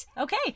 Okay